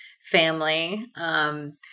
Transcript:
family